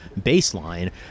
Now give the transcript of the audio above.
baseline